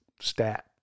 stat